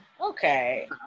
okay